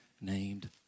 named